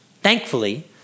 Thankfully